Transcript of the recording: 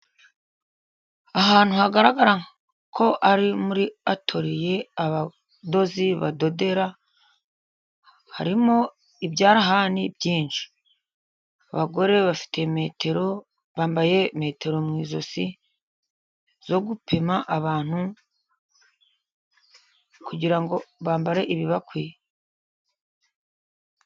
Ahantu hagaragara ko ari muri atoriye abadozi badodera, harimo ibyarahani byinshi abagore bafite metero bambaye metero mu izosi zo gupima abantu kugira ngo bambare ibibakwiye.